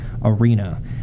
arena